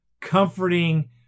comforting